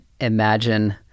Imagine